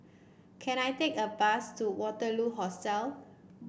can I take a bus to Waterloo Hostel